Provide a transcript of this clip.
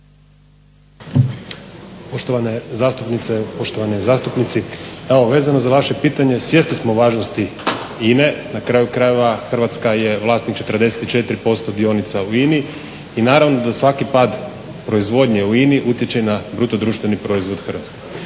Poštovane zastupnice, poštovani zastupnici, evo vezano za vaše pitanje, svjesni smo važnosti INA-e, na kraju krajeva Hrvatska je vlasnik 44% dionica u INA-i i naravno da svaki pad proizvodnje u INA-i utječe na bruto društveni proizvod Hrvatske.